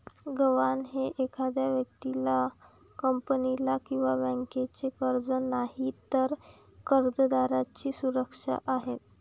गहाण हे एखाद्या व्यक्तीला, कंपनीला किंवा बँकेचे कर्ज नाही, तर कर्जदाराची सुरक्षा आहे